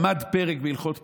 למד פרק בהלכות פוליטיקה.